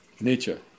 nature